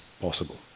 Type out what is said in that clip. possible